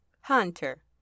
Hunter